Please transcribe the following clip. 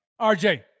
RJ